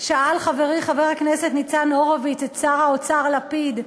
שאל חברי חבר הכנסת ניצן הורוביץ את שר האוצר לפיד,